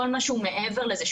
כל מה שהוא מעבר לזה,